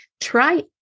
try